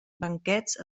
banquets